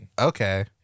Okay